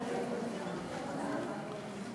אדוני היושב-ראש,